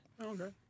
Okay